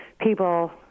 people